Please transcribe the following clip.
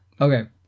Okay